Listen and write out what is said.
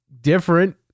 different